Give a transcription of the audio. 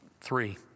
three